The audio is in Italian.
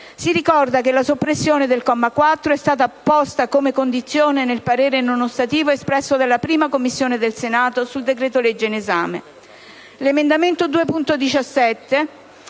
Si ricorda che la soppressione del comma 4 è stata posta come condizione nel parere non ostativo espresso dalla 1ª Commissione del Senato sul decreto-legge in esame.